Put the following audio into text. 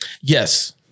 Yes